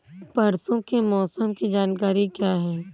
परसों के मौसम की जानकारी क्या है?